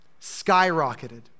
Skyrocketed